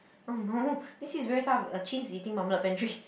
oh no this is very tough pantry